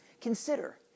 Consider